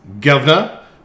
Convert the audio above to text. Governor